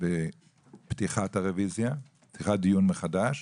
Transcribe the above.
בפתיחת הרביזיה, פתיחת דיון מחדש,